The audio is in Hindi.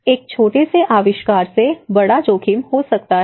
एक छोटे से आविष्कार से बड़ा जोखिम हो सकता है